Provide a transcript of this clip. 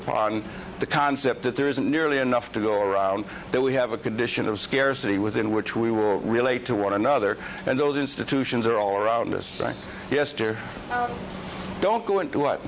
upon the concept that there isn't nearly enough to go around that we have a condition of scarcity within which we will relate to one another and those institutions are all around us yesterday don't go and do what